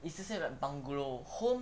it's the same as bungalow home